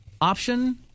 option